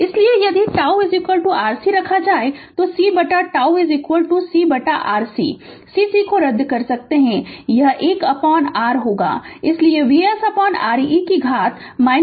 इसलिए यदि τ CR रखा जाए तो C बटा τ C बटा CR C C रद्द करें यह 1R होगा इसलिए VsR e कि घात tτ